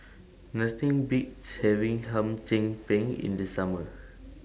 Nothing Beats having Hum Chim Peng in The Summer